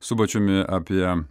subačiumi apie